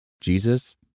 Jesus